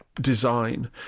design